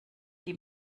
die